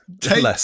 take